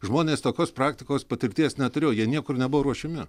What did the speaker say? žmonės tokios praktikos patirties neturėjo jie niekur nebuvo ruošiami